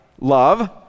love